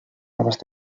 noves